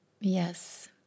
yes